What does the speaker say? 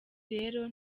rero